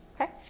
Okay